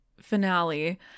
finale